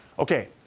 okay,